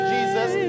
Jesus